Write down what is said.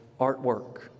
artwork